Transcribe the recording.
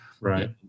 Right